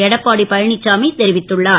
எடப்பாடி பழனிசாமி தெரிவித்துள்ளார்